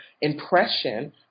impression